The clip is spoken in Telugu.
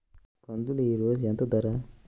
కందులు ఈరోజు ఎంత ధర?